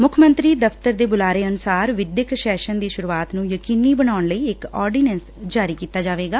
ਮੁੱਖ ਮੰਤਰੀ ਦਫਤਰ ਦੇ ਬੁਲਾਰੇ ਅਨੁਸਾਰ ਵਿੱਦਿਅਕ ਸੈਸ਼ਨ ਦੀ ਸ਼ੁਰੂਆਤ ਨੂੰ ਯਕੀਨੀ ਬਣਾਉਣ ਲਈ ਇੱਕ ਆਰਡੀਨੈਂਸ ਜਾਰੀ ਕੀਤਾ ਜਾਵੇਗਾ